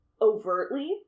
overtly